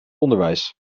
onderwijs